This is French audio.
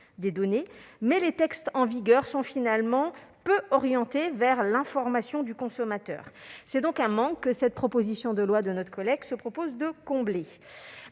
des données, mais les textes en vigueur sont finalement peu orientés vers l'information du consommateur. C'est donc ce manque que cette proposition de loi de notre collègue se propose de combler.